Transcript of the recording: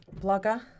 blogger